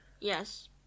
Yes